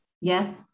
Yes